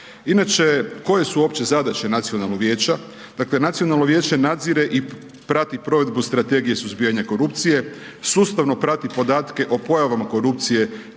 Inače koje su uopće zadaće Nacionalnog vijeća? Dakle Nacionalno vijeće nadzire i prati provedbu Strategiju suzbijanja korupcije, sustavno prati podatke o pojavama korupcije